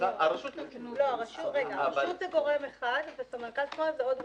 הרשות זה גורם אחד, וסמנכ"ל תנועה זה עוד גורם.